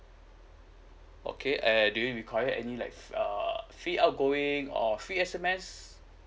okay and do you require any like err free outgoing or free S_M_S